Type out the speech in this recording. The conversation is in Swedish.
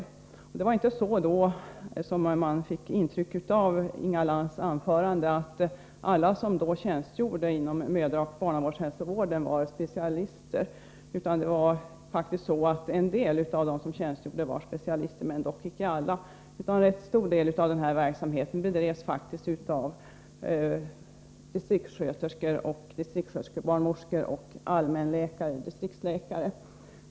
Det var inte så, vilket Inga Lantz anförande gav intryck av, att alla som tidigare tjänstgjorde inom mödraoch barnhälsovården var specialister. En del av dem som tjänstgjorde var specialister men icke alla, och en rätt stor del av verksamheten bedrevs faktiskt av distriktssköterskor, distriktssköterskebarnmorskor, allmänläkare och distriktsläkare.